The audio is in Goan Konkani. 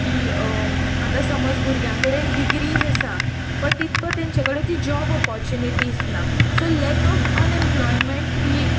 की आतां समज भुरग्यां कडेन डिग्रीज आसा पण तितको तेंचे कडेन ती जॉब ऑपोर्चुनिटीस ना so lack of unemployment he